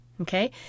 Okay